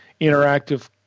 interactive